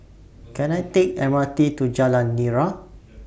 Can I Take The M R T to Jalan Nira